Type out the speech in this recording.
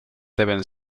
deben